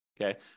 okay